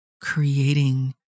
creating